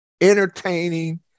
entertaining